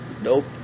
nope